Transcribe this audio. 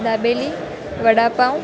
dabeli vada pav